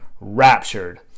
raptured